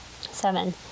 Seven